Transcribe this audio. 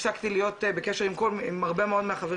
הפסקתי להיות בקשר עם הרבה מאוד מהחברים